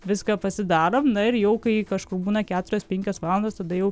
viską pasidarom na ir jau kai kažkur būna keturios penkios valandos tada jau